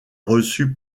reçu